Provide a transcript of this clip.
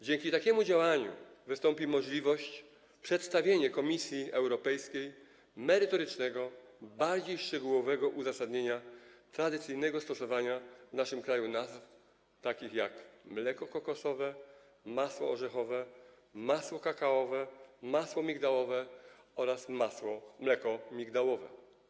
Dzięki takiemu działaniu będzie możliwość przedstawienia Komisji Europejskiej merytorycznego, bardziej szczegółowego uzasadnienia dotyczącego tradycyjnego stosowania w naszym kraju nazw takich, jak: mleko kokosowe, masło orzechowe, masło kakaowe, masło migdałowe oraz mleko migdałowe.